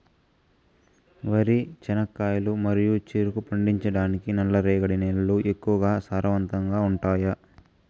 వరి, చెనక్కాయలు మరియు చెరుకు పండించటానికి నల్లరేగడి నేలలు ఎక్కువగా సారవంతంగా ఉంటాయా?